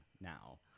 now